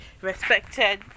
respected